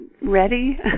ready